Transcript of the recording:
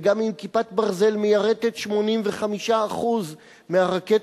וגם אם "כיפת ברזל" מיירטת 85% מהרקטות